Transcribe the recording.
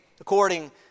According